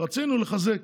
רצינו לחזק,